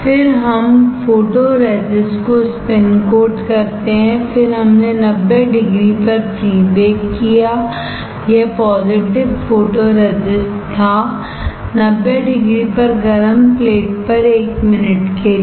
फिर हम फोटोरेजिस्ट को स्पिनकोट करते हैं फिर हमने 90 डिग्री पर प्री बेक किया यह पॉज़िटिव फोटोरेजिस्ट था 90 डिग्री पर गर्म प्लेट पर 1 मिनट के लिए